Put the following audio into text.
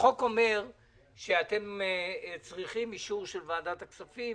החוק אומר שאתם צריכים אישור של ועדת הכספים